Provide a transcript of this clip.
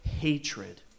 hatred